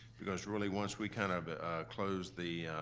because really once we kind of close the,